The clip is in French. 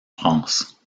france